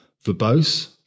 verbose